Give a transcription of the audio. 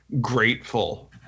grateful